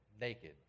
naked